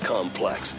Complex